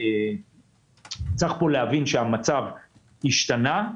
צריך להבין שהמצב השתנה.